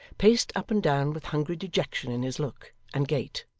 paced up and down with hungry dejection in his look and gait